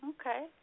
okay